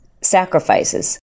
sacrifices